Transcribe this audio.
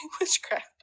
witchcraft